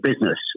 business